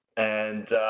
and